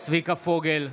צביקה פוגל,